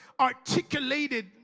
articulated